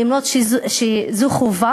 אף-על-פי שזו חובה